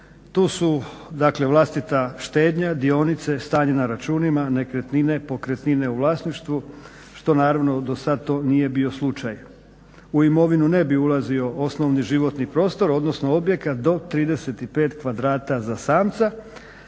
dakle vlastita štednja, dionice, stanje na računima, nekretnine, pokretnine u vlasništvu što naravno dosad to nije bio slučaj. U imovinu ne bih ulazio osnovni životni prostor, odnosno objekt do 35 kvadrata za samca,